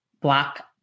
Block